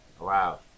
Wow